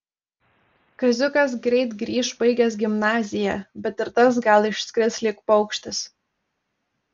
kaziukas greit grįš baigęs gimnaziją bet ir tas gal išskris lyg paukštis